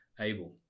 Abel